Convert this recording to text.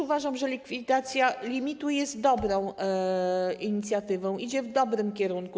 Uważam, że likwidacja limitu jest dobrą inicjatywą, idzie w dobrym kierunku.